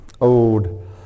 old